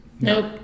Nope